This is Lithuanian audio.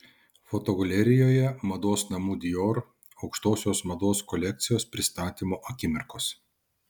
fotogalerijoje mados namų dior aukštosios mados kolekcijos pristatymo akimirkos